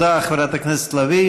תודה, חברת הכנסת לביא.